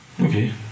Okay